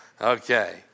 Okay